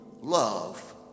love